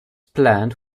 plant